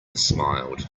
smiled